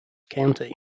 county